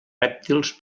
rèptils